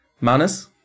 Manus